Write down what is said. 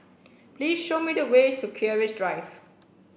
please show me the way to Keris Drive